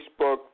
Facebook